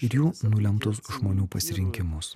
ir jų nulemtus žmonių pasirinkimus